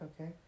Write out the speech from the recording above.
Okay